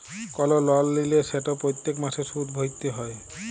call লল লিলে সেট প্যত্তেক মাসে সুদ ভ্যইরতে হ্যয়